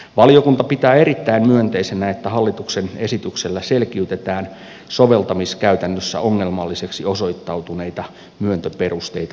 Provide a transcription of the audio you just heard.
valiokunta pitää erittäin myönteisenä että hallituksen esityksellä selkeytetään soveltamiskäytännössä ongelmalliseksi osoittautuneita myöntöperusteita muiltakin osin